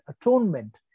atonement